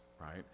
right